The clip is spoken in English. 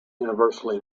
universally